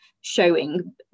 showing